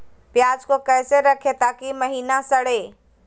प्याज को कैसे रखे ताकि महिना सड़े?